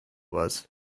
was